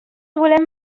volem